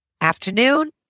Afternoon